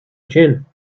gin